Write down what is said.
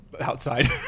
outside